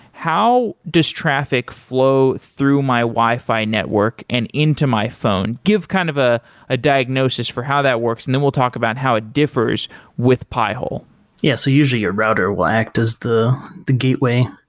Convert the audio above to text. how this traffic flow through my wi-fi network and into my phone? give kind of ah a diagnosis for how that works and then we'll talk about how it differs with pi-hole yeah. so usually your router will act as the the gateway.